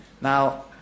Now